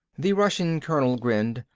the russian colonel grinned.